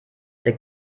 der